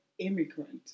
Immigrant